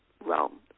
realm